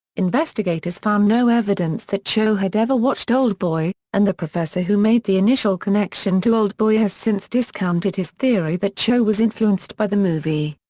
investigators found no evidence that cho had ever watched oldboy, and the professor who made the initial connection to oldboy has since discounted his theory that cho was influenced by the movie.